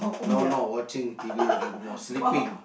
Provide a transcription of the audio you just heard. now not watching t_v anymore sleeping